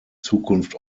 zukunft